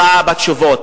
הוא טעה בתשובות.